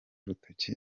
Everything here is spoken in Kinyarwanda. rutoki